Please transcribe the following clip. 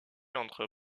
entre